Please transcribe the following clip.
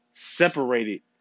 Separated